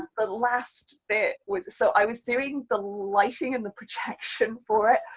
but last bit was, so i was doing the lighting and the projection for it,